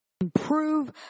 Improve